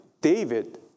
David